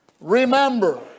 Remember